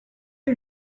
you